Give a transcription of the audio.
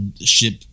ship